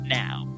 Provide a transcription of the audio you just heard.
now